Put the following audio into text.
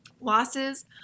losses